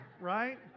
right